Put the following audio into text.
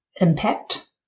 impact